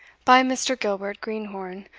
by mr. gilbert greenhorn,